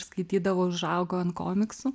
skaitydavo užaugo ant komiksų